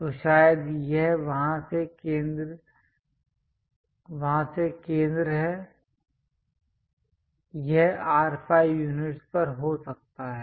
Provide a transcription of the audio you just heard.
तो शायद यह वहां से केंद्र है यह R5 यूनिट्स पर हो सकता है